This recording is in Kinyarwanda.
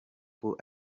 hop